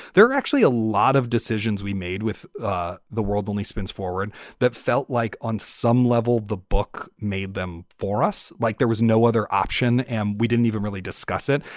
there are actually a lot of decisions we made with ah the world only spins forward that felt like on some level the book made them for us like there was no other option and we didn't even really discuss it.